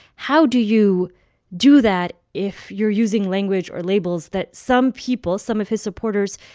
how do you do that if you're using language or labels that some people, some of his supporters,